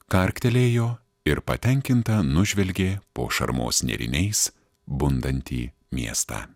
karktelėjo ir patenkinta nužvelgė po šarmos nėriniais bundantį miestą